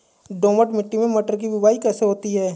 दोमट मिट्टी में मटर की बुवाई कैसे होती है?